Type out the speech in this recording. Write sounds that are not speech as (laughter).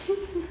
(laughs)